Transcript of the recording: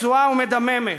פצועה ומדממת.